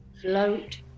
float